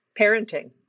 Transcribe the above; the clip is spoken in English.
parenting